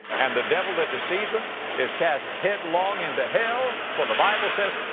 and the devil that deceived them is cast headlong into hell. for the bible says,